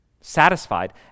satisfied